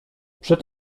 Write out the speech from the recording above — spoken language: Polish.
przed